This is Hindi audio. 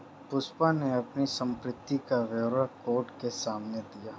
पुष्पा ने अपनी संपत्ति का ब्यौरा कोर्ट के सामने दिया